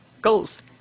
goals